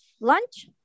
lunch